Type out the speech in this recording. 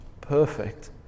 Perfect